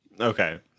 Okay